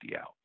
out